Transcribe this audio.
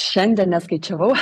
šiandien neskaičiavau